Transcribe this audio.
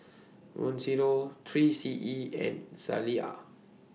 Mizuno three C E and Zalia